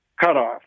cutoff